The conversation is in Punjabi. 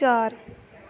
ਚਾਰ